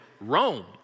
Rome